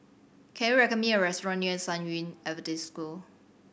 can you recommend me a restaurant near San Yu Adventist School